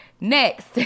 Next